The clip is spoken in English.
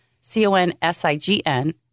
C-O-N-S-I-G-N